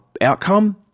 outcome